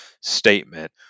statement